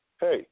Hey